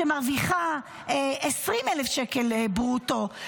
שמרוויחה 20,000 שקל ברוטו,